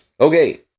Okay